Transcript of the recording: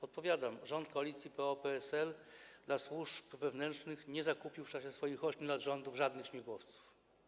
Odpowiadam: rząd koalicji PO-PSL dla służb wewnętrznych nie zakupił w czasie swoich 8 lat żadnych śmigłowców.